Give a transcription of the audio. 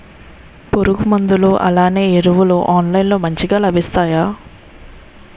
పురుగు మందులు అలానే ఎరువులు ఆన్లైన్ లో మంచిగా లభిస్తాయ?